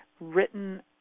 written